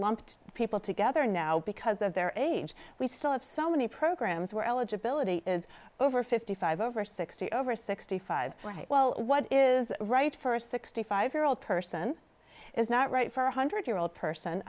lumped people together now because of their age we still have so many programs where eligibility is over fifty five dollars over sixty over sixty five dollars well what is right for a sixty five year old person is not right for a one hundred year old person